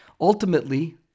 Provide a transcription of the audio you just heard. Ultimately